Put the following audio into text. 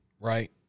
right